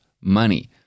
money